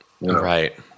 Right